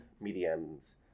mediums